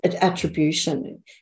attribution